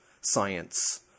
science